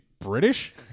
British